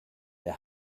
der